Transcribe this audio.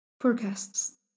Forecasts